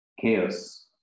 chaos